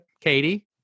Katie